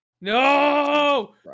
No